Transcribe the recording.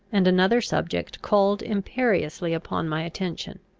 and another subject called imperiously upon my attention.